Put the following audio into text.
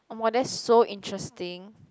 (wah) that's so interesting